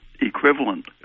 equivalent